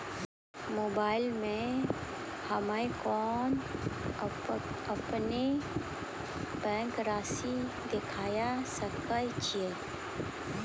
Mobile मे हम्मय केना अपनो बैंक रासि देखय सकय छियै?